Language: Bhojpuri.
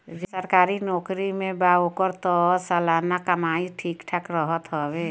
जे सरकारी नोकरी में बा ओकर तअ सलाना कमाई ठीक ठाक रहत हवे